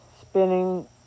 Spinning